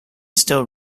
still